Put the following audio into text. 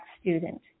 student